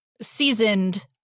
seasoned